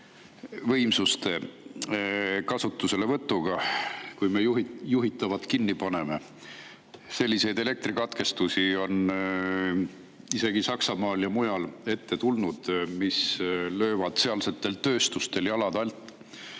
energiavõimsuste kasutuselevõtuga, kui me juhitavad kinni paneme. Selliseid elektrikatkestusi on isegi Saksamaal ja mujal ette tulnud, mis löövad sealsetel tööstustel jalad alt.